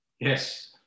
Yes